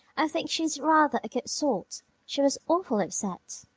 i think she's rather a good sort she was awfully upset.